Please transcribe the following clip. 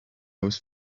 was